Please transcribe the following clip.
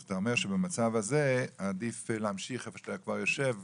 אז אתה אומר שבמצב הזה עדיף להמשיך היכן שאתה כבר יושב,